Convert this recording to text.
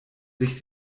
sich